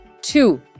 Two